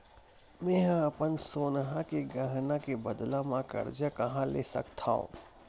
मेंहा अपन सोनहा के गहना के बदला मा कर्जा कहाँ ले सकथव?